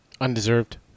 Undeserved